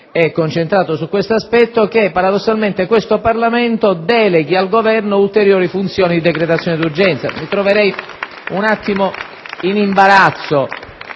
è concentrato su questo aspetto, che il Parlamento delegasse al Governo ulteriori funzioni di decretazione di urgenza. Mi troverei un attimo in imbarazzo.